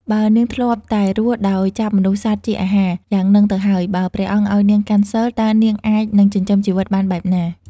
បើនាងធ្លាប់តែរស់ដោយចាប់មនុស្សសត្វជាអាហារ យ៉ាង ហ្នឹងទៅហើយ បើព្រះអង្គឲ្យនាងកាន់សីល តើនាងអាចនឹងចិញ្ចឹមជីវិតបានបែបណា ?។